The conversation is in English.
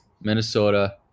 Minnesota